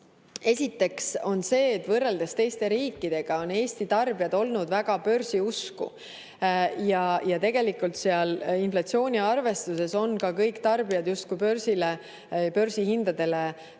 Esiteks see, et võrreldes teiste riikidega on Eesti tarbijad olnud väga börsiusku. Tegelikult inflatsiooniarvestuses on kõik tarbijad justkui börsihindadele